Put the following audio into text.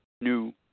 new